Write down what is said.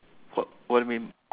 what what you mean